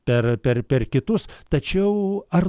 per per per kitus tačiau ar